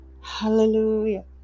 hallelujah